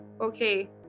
okay